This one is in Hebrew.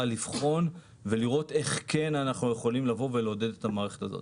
לבחון ולראות איך כן אנחנו יכולים לבוא ולעודד את המערכת הזאת.